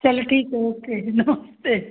चलो ठीक है ओके नमस्ते